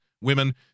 women